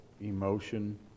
emotion